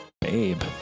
babe